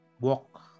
walk